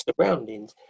surroundings